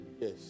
yes